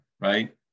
right